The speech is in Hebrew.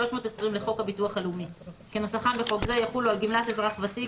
320 לחוק הביטוח הלאומי כנוסחם בחוק זה יחולו על גמלת אזרח ותיק,